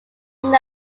known